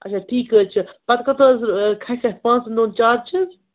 اچھا ٹھیٖک حظ چھُ پَتہٕ کوٚتاہ حظ کھَسہِ اَتھ پانٛژَن دۄہَن چارٕجِز